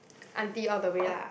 aunty all the way lah